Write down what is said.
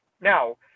Now